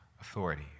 authority